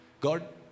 God